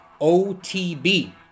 OTB